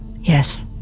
Yes